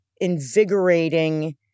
invigorating